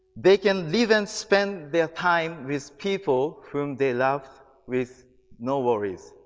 they can even spend their time with people whom they love with no worries.